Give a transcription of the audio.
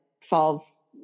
falls